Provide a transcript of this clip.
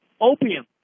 opium